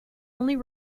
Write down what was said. only